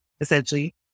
essentially